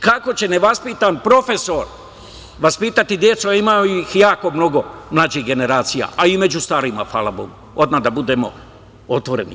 Kako će nevaspitan profesor vaspitati decu, a ima ih jako mnogo mlađih generacija, a i među starijima, hvala bogu, odmah da budemo otvoreni?